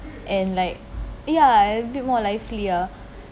and like ya a bit more lively ah